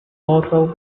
hotel